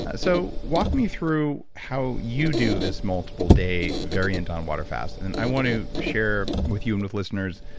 ah so walk me through how you do this multiple day variant on water fast. and then, i want to share with you and with listeners,